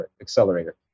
Accelerator